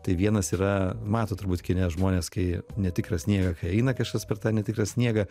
tai vienas yra mato turbūt kine žmonės kai netikrą sniegą kai eina kažkas per tą netikrą sniegą